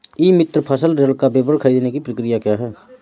ई मित्र से फसल ऋण का विवरण ख़रीदने की प्रक्रिया क्या है?